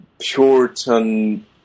Puritan